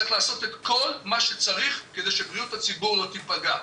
צריך לעשות את כל מה שצריך על מנת שבריאות הציבור לא תיפגע.